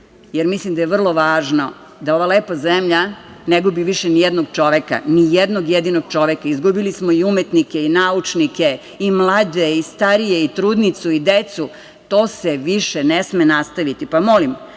jer mislim da je vrlo važno da ova lepa zemlja ne gubi više ni jednog čoveka, ni jednog jedinog čoveka. Izgubili smo umetnike, naučnike, mlađe, starije, trudnicu i decu. To se više ne sme nastaviti. Molim